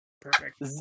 Perfect